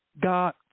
God